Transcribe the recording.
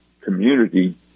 community